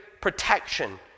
protection